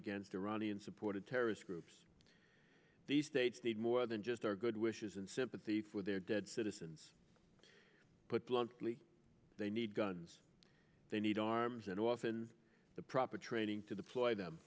against iranian supported terrorist groups the states need more than just our good wishes and sympathy for their dead citizens put bluntly they need guns they need arms and often the proper training to the fly them